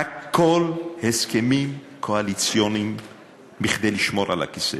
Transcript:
הכול הסכמים קואליציוניים כדי לשמור על הכיסא.